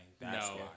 no